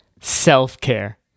Self-Care